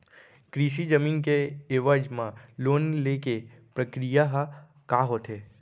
कृषि जमीन के एवज म लोन ले के प्रक्रिया ह का होथे?